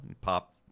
Pop